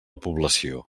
població